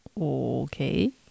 Okay